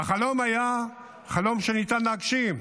והחלום היה חלום שניתן להגשים,